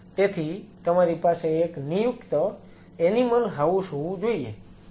તેથી તમારી પાસે એક નિયુક્ત એનિમલ હાઉસ હોવું જોઈએ